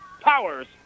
Powers